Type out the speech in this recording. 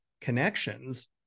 connections